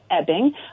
ebbing